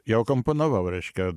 jau akomponavau reiškia